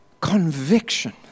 conviction